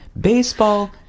baseball